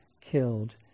killed